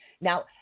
now